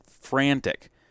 frantic